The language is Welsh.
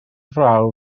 fraw